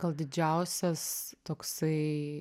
gal didžiausias toksai